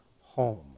home